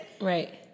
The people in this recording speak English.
Right